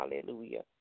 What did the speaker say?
hallelujah